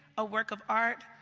a work of art,